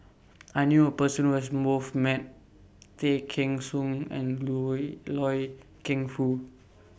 I knew A Person Who has Both Met Tay Kheng Soon and Loy Keng Foo